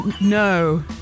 No